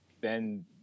then-